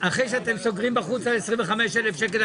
אחרי שאתם סוגרים בחוץ על 25,000 שקלים,